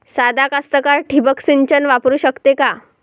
सादा कास्तकार ठिंबक सिंचन वापरू शकते का?